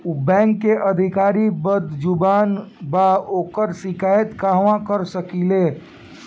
उ बैंक के अधिकारी बद्जुबान बा ओकर शिकायत कहवाँ कर सकी ले